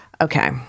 Okay